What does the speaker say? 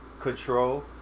control